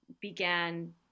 began